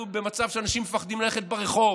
אנחנו במצב שאנשים מפחדים ללכת ברחוב.